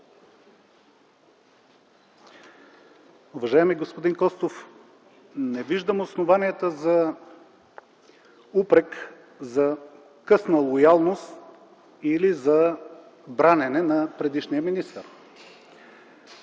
Уважаеми господин Костов, не виждам основанията за упрек, за късна лоялност или за бранене на предишния министър.